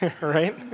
right